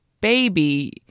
baby